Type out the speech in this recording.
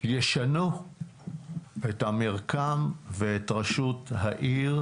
את המרקם ואת ראשות העיר,